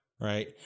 Right